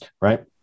Right